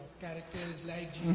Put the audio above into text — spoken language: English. characters like